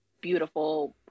beautiful